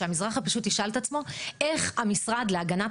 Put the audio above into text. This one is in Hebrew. שהאזרח הפשוט ישאל את עצמו איך המשרד להגנת